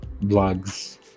blogs